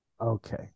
Okay